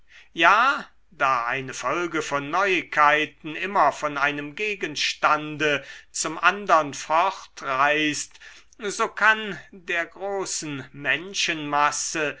ja da eine folge von neuigkeiten immer von einem gegenstande zum andern fortreißt so kann der großen menschenmasse